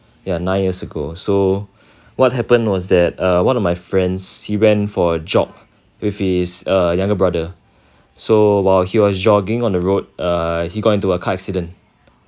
ya nine years ago so what happened was that err one of my friends he went for jog with his uh younger brother so while he was jogging on the road uh he got into a car accident